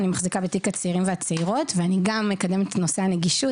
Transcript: אני מחזיקה בתיק הצעירים והצעירות ואני גם מקדמת את נושא הנגישות